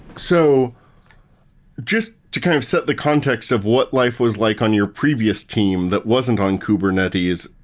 so just to kind of set the context of what life was like on your previous team that wasn't on kubernetes,